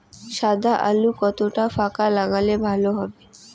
সাদা আলু কতটা ফাকা লাগলে ভালো হবে?